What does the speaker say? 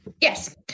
Yes